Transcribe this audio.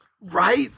Right